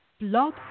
Blog